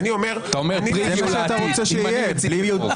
-- אתה אומר טריגר לעתיד אם אני מציג את החוק.